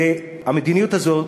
המדיניות הזאת